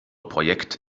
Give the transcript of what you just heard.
projekt